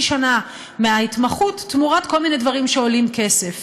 שנה מההתמחות תמורת כל מיני דברים שעולים כסף,